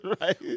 right